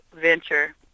venture